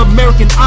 American